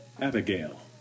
Abigail